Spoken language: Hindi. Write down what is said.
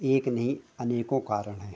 एक नहीं अनेकों कारण हैं